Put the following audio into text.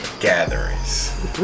gatherings